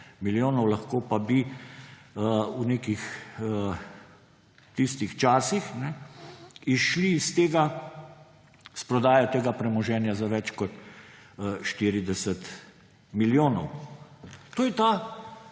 milijonov. Lahko pa bi v tistih časih izšli iz tega s prodajo tega premoženja za več kot 40 milijonov. To je ta